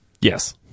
yes